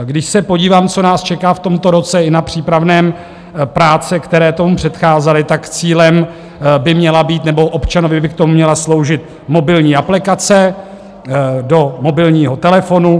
Když se podívám, co nás čeká v tomto roce, i na přípravné práce, které tomu předcházely, tak cílem by měla být, nebo občanovi by k tomu měla sloužit mobilní aplikace do mobilního telefonu.